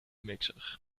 mixer